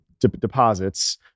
deposits